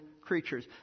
creatures